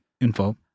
info